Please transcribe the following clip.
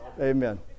Amen